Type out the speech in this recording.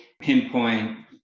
pinpoint